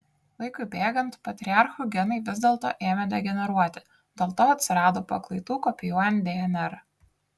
laikui bėgant patriarchų genai vis dėlto ėmė degeneruoti dėl to atsirado paklaidų kopijuojant dnr